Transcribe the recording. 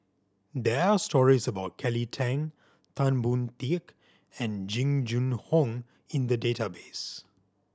there are stories about Kelly Tang Tan Boon Teik and Jing Jun Hong in the database